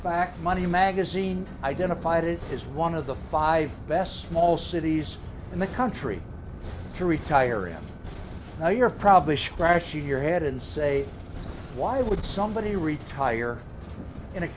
fact money magazine identified it as one of the five best small cities in the country to retire and now you're probably scratching your head and say why would somebody retire in a